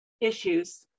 issues